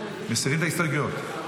מסירים את ההסתייגויות?